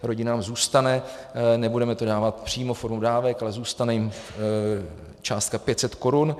Rodinám zůstane, nebudeme to dávat přímo formou dávek, ale zůstane jim částka 500 korun.